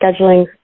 scheduling